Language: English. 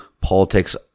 politics